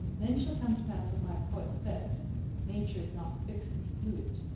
then shall come to pass what my poet said nature is not fixed but fluid.